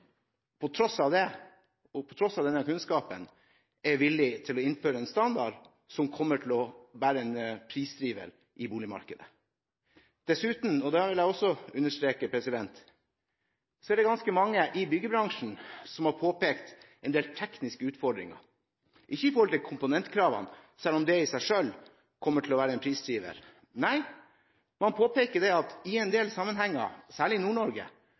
på tross av denne kunnskapen er villig til å innføre en standard som kommer til å være en prisdriver i boligmarkedet. Jeg vil dessuten understreke at det er ganske mange i byggebransjen som har påpekt en del tekniske utfordringer, ikke når det gjelder komponentkravene, selv om de i seg selv kommer til å være en prisdriver, men de påpeker at dette i en del sammenhenger – særlig i